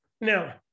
Now